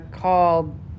Called